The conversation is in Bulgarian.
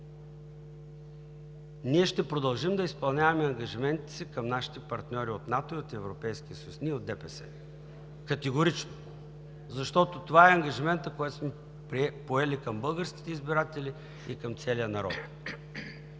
ще продължим да изпълняваме ангажиментите си към нашите партньори от НАТО и Европейския съюз, защото това е ангажиментът, който сме поели към българските избиратели и към целия народ.